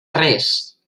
res